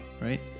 right